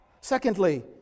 secondly